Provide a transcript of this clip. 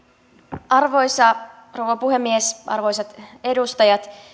arvoisa rouva puhemies arvoisat edustajat